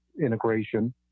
integration